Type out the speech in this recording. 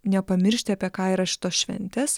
nepamiršti apie ką yra šitos šventes